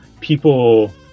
people